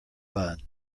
bun